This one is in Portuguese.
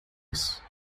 isso